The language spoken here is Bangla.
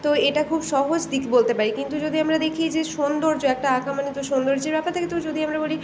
তো এটা খুব সহজ দিক বলতে পারি কিন্তু যদি আমরা দেখি যে সৌন্দর্য একটা আঁকা মানে তো সৌন্দর্যের ব্যাপার থাকে তো যদি আমরা বলি